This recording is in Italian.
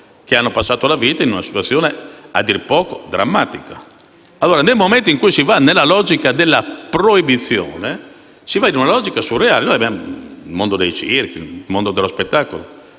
che hanno passato la vita in una situazione a dir poco drammatica. Nel momento in cui si va nella logica della proibizione, si va in una logica surreale. Quanto al mondo dei circhi e dello spettacolo,